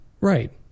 Right